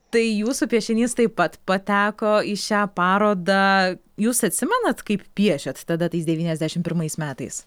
tai jūsų piešinys taip pat pateko į šią parodą jūs atsimenat kaip piešėt tada tais devyniasdešim pirmais metais